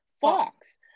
Fox